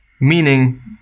Meaning